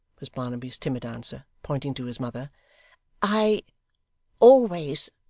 was barnaby's timid answer, pointing to his mother i always,